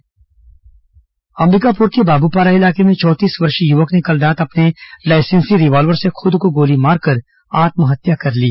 युवक आत्महत्या अंबिकापुर के बाबूपारा इलाके में चौंतीस वर्षीय युवक ने कल रात अपने लाइसेंसी रिवाल्वर से खुद को गोली मारकर आत्महत्या कर ली